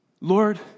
Lord